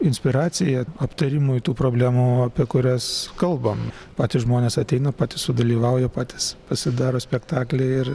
inspiracija aptarimui tų problemų apie kurias kalbam patys žmonės ateina patys sudalyvauja patys pasidaro spektaklį ir